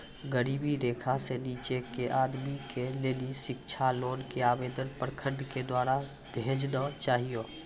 गरीबी रेखा से नीचे के आदमी के लेली शिक्षा लोन के आवेदन प्रखंड के द्वारा भेजना चाहियौ?